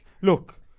Look